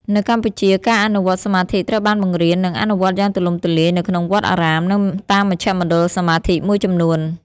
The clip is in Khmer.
នៅកម្ពុជា ការអនុវត្តន៍សមាធិត្រូវបានបង្រៀន និងអនុវត្តយ៉ាងទូលំទូលាយនៅក្នុងវត្តអារាម និងតាមមជ្ឈមណ្ឌលសមាធិមួយចំនួន។